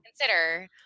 consider